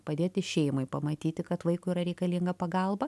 padėti šeimai pamatyti kad vaikui yra reikalinga pagalba